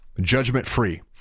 judgment-free